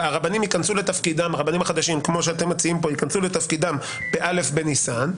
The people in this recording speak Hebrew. הרבנים החדשים כמו שאתם מציעים פה ייכנסו לתפקידם בא' בניסן,